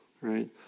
right